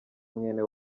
mwene